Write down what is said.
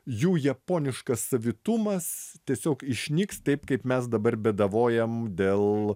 jų japoniškas savitumas tiesiog išnyks taip kaip mes dabar bėdavojam dėl